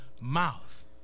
mouth